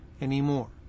anymore